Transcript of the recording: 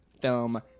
film